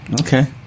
Okay